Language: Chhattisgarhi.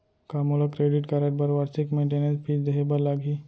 का मोला क्रेडिट कारड बर वार्षिक मेंटेनेंस फीस देहे बर लागही?